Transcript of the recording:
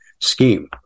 scheme